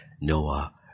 Noah